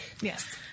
Yes